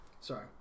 sorry